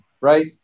right